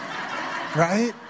Right